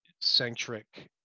centric